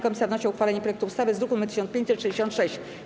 Komisja wnosi o uchwalenie projektu ustawy z druku nr 1566.